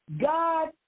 God